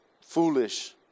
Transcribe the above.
foolish